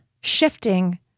shifting